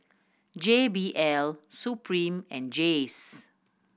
J B L Supreme and Jays